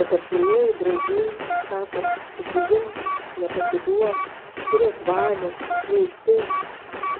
kad artimieji draugai sako susiimk nepasiduok turėk valios neištižk